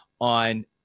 on